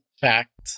fact